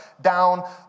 down